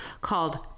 called